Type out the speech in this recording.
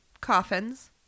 coffins